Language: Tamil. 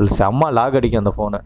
அது செம லாகு அடிக்கும் அந்த ஃபோனு